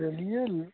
चलिए ले